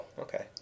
Okay